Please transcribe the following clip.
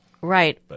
Right